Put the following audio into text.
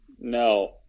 No